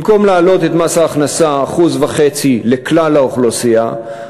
במקום להעלות את מס הכנסה ב-1.5% לכלל האוכלוסייה,